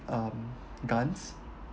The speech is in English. um guns